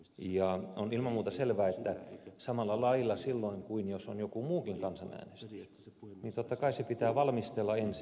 ja on ilman muuta selvää että samalla lailla toimitaan silloin kun on kyseessä joku muu kansanäänestys totta kai se pitää valmistella ensin